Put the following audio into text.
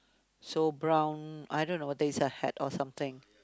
so brown I don't know what they said is a hat or something